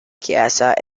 chiesa